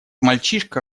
мальчишка